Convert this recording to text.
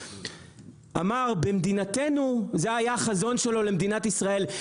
זה היה החזון שלו למדינת ישראל,